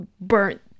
burnt